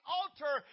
altar